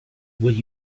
will